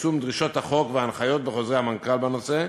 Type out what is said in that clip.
יישום דרישות החוק וההנחיות בחוזרי המנכ"ל בנושא,